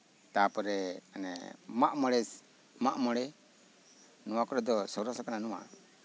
ᱛᱟᱨᱯᱚᱨᱮ ᱚᱱᱮ ᱢᱟᱜᱢᱚᱲᱮ ᱢᱟᱜᱢᱚᱲᱮ ᱱᱚᱶᱟ ᱠᱚᱨᱮ ᱫᱚ ᱥᱚᱨᱮᱥ ᱠᱟᱱᱟ ᱱᱚᱶᱟ